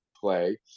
play